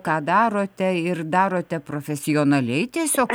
ką darote ir darote profesionaliai tiesiog